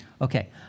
Okay